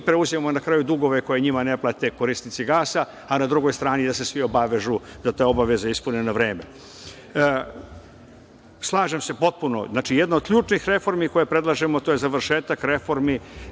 preuzimamo na kraju dugove koje njima ne plate korisnici gasa, a na drugoj strani da se svi obavežu da te obaveze ispune na vreme. Slažem se potpuno, znači, jedna od ključnih reformi koje predlažemo to je završetak reformi